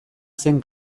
zen